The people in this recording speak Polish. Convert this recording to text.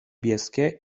bieskie